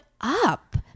up